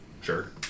sure